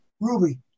Ruby